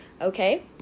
okay